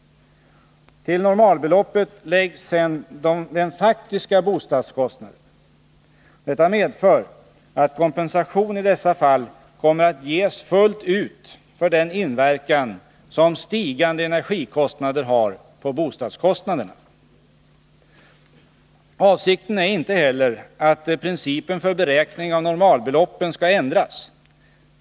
Till normalbeloppet läggs sedan den faktiska bostadskostnaden. Detta medför att kompensation i dessa fall kommer att ges fullt ut för den inverkan som stigande energikostnader har på bostadskostnaderna. Avsikten är inte heller att principen för beräkning av normalbeloppen skall ändras.